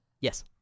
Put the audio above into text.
Yes